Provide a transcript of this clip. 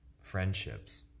friendships